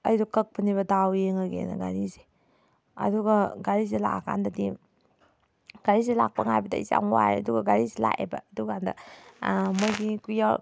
ꯑꯩꯗꯣ ꯀꯛꯄꯅꯦꯕ ꯗꯥꯎ ꯌꯦꯡꯉꯒꯦꯅ ꯘꯥꯔꯤꯁꯦ ꯑꯗꯨꯒ ꯘꯥꯔꯤꯁꯦ ꯂꯥꯛꯑꯀꯥꯟꯗꯗꯤ ꯘꯥꯔꯤꯁꯦ ꯂꯥꯛꯄ ꯉꯥꯏꯕꯗ ꯑꯩꯁꯦ ꯌꯥꯝ ꯋꯥꯔꯦ ꯑꯗꯨꯒ ꯘꯥꯔꯤꯁꯦ ꯂꯥꯛꯑꯦꯕ ꯑꯗꯨ ꯀꯥꯟꯗ ꯃꯣꯏꯒꯤ